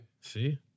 See